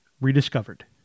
rediscovered